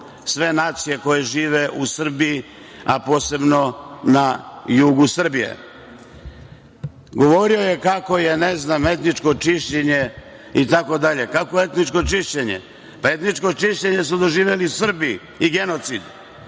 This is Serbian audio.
sve nacije koje žive u Srbiji, a posebno na jugu Srbije. Govorio je kako je etničko čišćenje, itd. Kakvo etničko čišćenje, pa etničko čišćenje su doživeli Srbi i genocid.